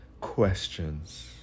Questions